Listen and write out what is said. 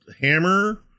hammer